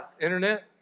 internet